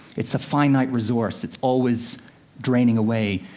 it's a finite resource it's always draining away.